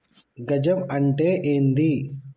గజం అంటే ఏంది?